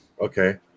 Okay